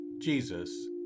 Jesus